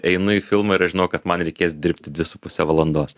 einu į filmą ir aš žinau kad man reikės dirbti dvi su puse valandos